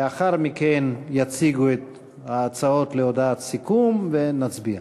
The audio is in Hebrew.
לאחר מכן יציגו את ההצעות להודעת סיכום ונצביע.